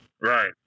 Right